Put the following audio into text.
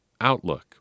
outlook